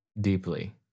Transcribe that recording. Deeply